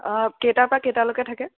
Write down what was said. কেইটাৰ পৰা কেইটালৈকে থাকে